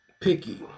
picky